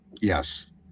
Yes